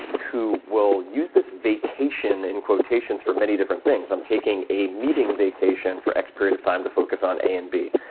who will use this vacation and vacation for many different things. i'm taking a meeting vacation for x period of time to focus on a and b.